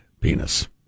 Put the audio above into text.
penis